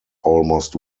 almost